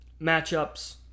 matchups